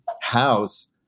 house